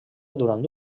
durant